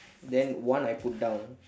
then one I put down